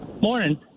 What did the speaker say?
Morning